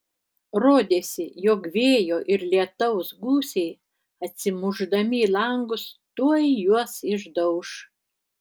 rodėsi jog vėjo ir lietaus gūsiai atsimušdami į langus tuoj juos išdauš